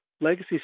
legacy